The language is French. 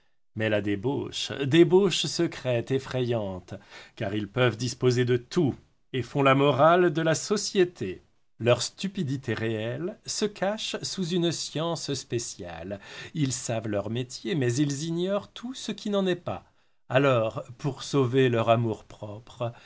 mais la débauche débauche secrète effrayante car ils peuvent disposer de tout et font la morale de la société leur stupidité réelle se cache sous une science spéciale ils savent leur métier mais ils ignorent tout ce qui n'en est pas alors pour sauver leur amour-propre